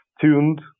tuned